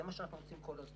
זה מה שאנחנו עושים כל הזמן.